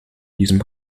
diesem